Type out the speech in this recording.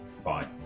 Fine